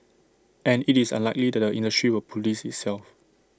and IT is unlikely that the industry will Police itself